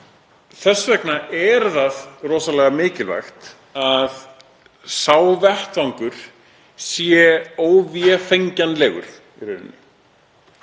Þess vegna er það rosalega mikilvægt að sá vettvangur sé óvefengjanlegur